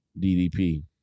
DDP